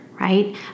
right